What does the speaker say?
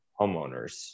homeowners